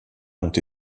ont